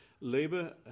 Labour